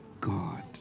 God